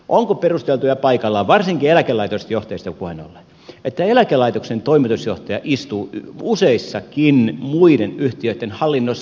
onko perusteltua ja paikallaan varsinkin eläkelaitosten johtajista puheen ollen että eläkelaitoksen toimitusjohtaja istuu useissakin muiden yhtiöitten hallinnoissa